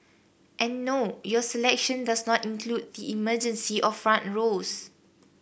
and no your selection does not include the emergency or front rows